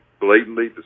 blatantly